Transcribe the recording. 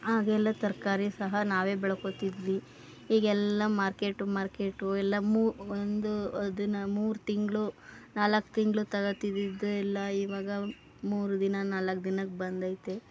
ಹಾಗೆಲ್ಲ ತರಕಾರಿ ಸಹ ನಾವೇ ಬೆಳ್ಕೊಳ್ತಿದ್ವಿ ಈಗೆಲ್ಲ ಮಾರ್ಕೆಟು ಮಾರ್ಕೆಟು ಎಲ್ಲ ಮೂ ಒಂದು ಅದನ್ನು ಮೂರು ತಿಂಗಳು ನಾಲ್ಕು ತಿಂಗಳು ತಗೊಳ್ತಿದ್ದಿದ್ದೆಲ್ಲ ಇವಾಗ ಮೂರು ದಿನ ನಾಲ್ಕು ದಿನಕ್ಕೆ ಬಂದೈತೆ